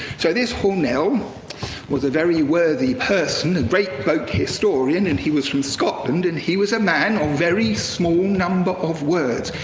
so this hornell was a very worthy person, a great folk historian, and he was from scotland, and he was a man of very small number of words.